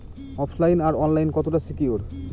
ওফ line আর online কতটা secure?